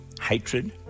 hatred